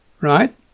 right